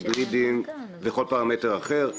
גם בהיברידיים ובכל פרמטר אחר.